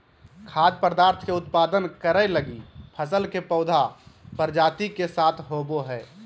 खाद्य पदार्थ के उत्पादन करैय लगी फसल के पौधा प्रजाति के साथ होबो हइ